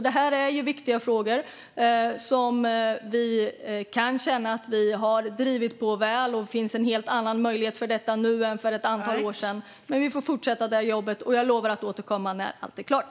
Detta är viktiga frågor som vi kan känna att vi har drivit på väl. Det finns en helt annan möjlighet för detta nu än för ett antal år sedan, men vi får fortsätta med jobbet, och jag lovar att återkomma när allt är klart.